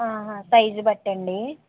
ఆహా సైజ్ బట్టా అండీ